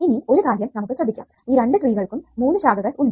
ഇനി ഒരു കാര്യം നമുക്ക് ശ്രദ്ധിക്കാം ഈ രണ്ടു ട്രീകൾക്കും മൂന്ന് ശാഖകൾ ഉണ്ട്